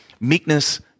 Meekness